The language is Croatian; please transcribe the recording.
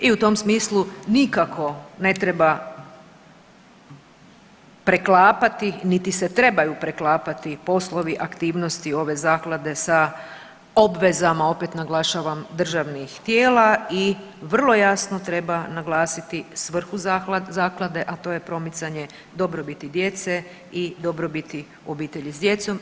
I u tom smislu nikako ne treba preklapati niti se trebaju preklapati aktivnosti ove zaklade sa obvezama, opet naglašavam državnih tijela i vrlo jasno treba naglasiti svrhu zaklade, a to je promicanje dobrobiti djece i dobrobiti obitelji s djecom.